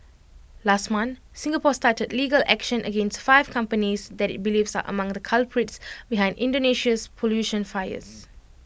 last month Singapore started legal action against five companies that IT believes are among the culprits behind Indonesia's pollution fires